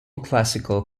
classical